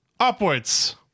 Upwards